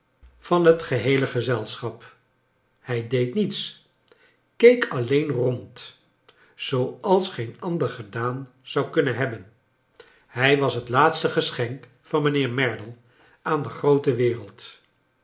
ven het geheele gezelschap hij deed niets keek alleen rond zooals geen ander gedaan zou kunnen hebben hij was het laatste geschenk van mijnheer merdle aan de groote wereld